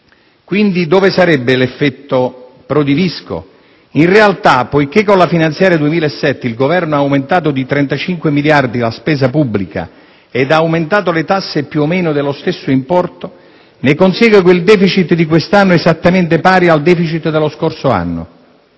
Quindi, dove sarebbe l'effetto Prodi-Visco? In realtà, poiché con la finanziaria 2007 il Governo ha aumentato di 35 miliardi la spesa pubblica ed ha aumentato le tasse più o meno dello stesso importo, ne consegue che il *deficit* di quest'anno è esattamente pari al *deficit* dello scorso anno.